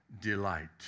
delight